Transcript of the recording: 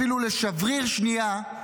אפילו של שבריר שנייה,